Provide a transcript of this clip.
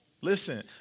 Listen